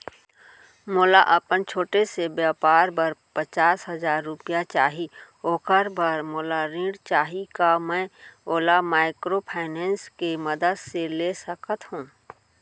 मोला अपन छोटे से व्यापार बर पचास हजार रुपिया चाही ओखर बर मोला ऋण चाही का मैं ओला माइक्रोफाइनेंस के मदद से ले सकत हो?